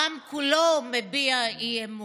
העם כולו מביע אי-אמון.